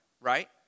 right